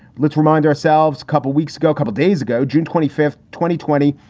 let's remind ourselves, couple weeks ago, couple days ago, june twenty fifth, twenty twenty,